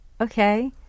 okay